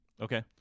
Okay